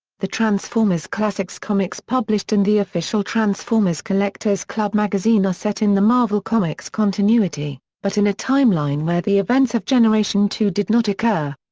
the transformers classics comics published in the official transformers collectors club magazine are set in the marvel comics continuity, but in a timeline where the events of generation two did not occur.